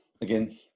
again